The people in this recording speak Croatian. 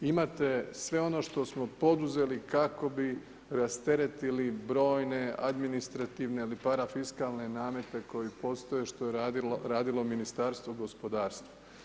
Imate sve ono što smo poduzeli kako rasteretili brojne administrativne parafiskalne namete koji postoje što je radilo Ministarstvo gospodarstva.